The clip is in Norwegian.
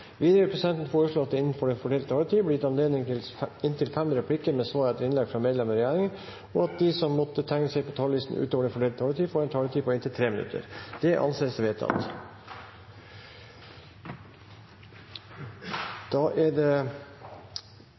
Videre vil presidenten foreslå at det – innenfor den fordelte taletid – blir gitt anledning til inntil fem replikker med svar etter innlegg fra medlemmer av regjeringen, og at de som måtte tegne seg på talerlisten utover den fordelte taletid, får en taletid på inntil 3 minutter. – Det anses vedtatt.